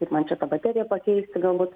kaip man čia tą bateriją pakeisti galbūt